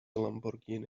lamborghini